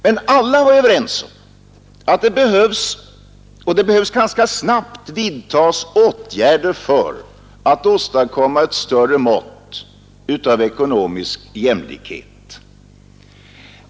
Men alla var överens om att det ganska snabbt behöver vidtas åtgärder för att åstadkomma ett större mått av ekonomisk jämlikhet.